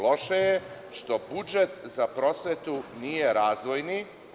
Loše je što budžet za prosvetu nije razvojni.